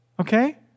okay